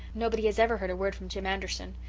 nobody has ever heard a word from jim anderson.